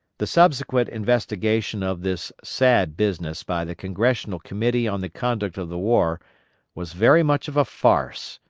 the subsequent investigation of this sad business by the congressional committee on the conduct of the war was very much of a farce,